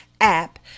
app